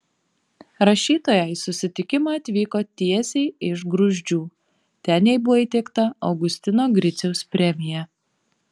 rašytoja į susitikimą atvyko tiesiai iš gruzdžių ten jai buvo įteikta augustino griciaus premija